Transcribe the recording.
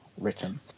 written